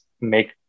make